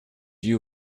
you